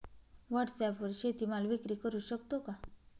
व्हॉटसॲपवर शेती माल विक्री करु शकतो का?